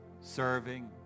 serving